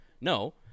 No